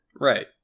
Right